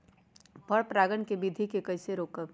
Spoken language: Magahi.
पर परागण केबिधी कईसे रोकब?